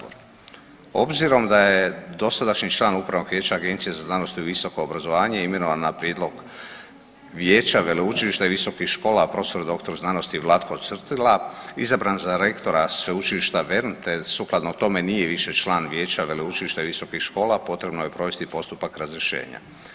Obzirom da dosadašnji član Upravnog vijeća Agencije za znanost i visoko obrazovanje imenovan na prijedlog vijeća veleučilišta i visokih škola prof.dr.sc. Vlatko Cvrtila izabran za rektora Sveučilišta VERN te sukladno tome nije više član vijeća veleučilišta i visokih škola potrebno je provesti postupak razrješenja.